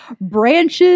branches